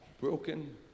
broken